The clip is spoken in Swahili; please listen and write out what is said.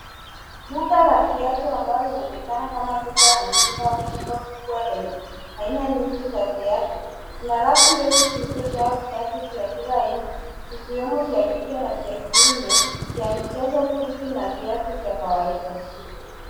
Duka la viatu ambalo linaonekana kama duka la mitumba au duka kubwa lenye aina nyingi za viatu. Kuna rafu ndefu zilizojaa viatu vya kila vikiwemo vya kike na vya kiume, vya michezo, buti na viatu vya kawaida.